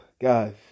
Guys